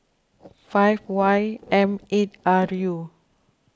five Y M eight R U